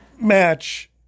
match